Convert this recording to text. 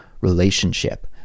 relationship